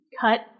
cut